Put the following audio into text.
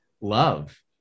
love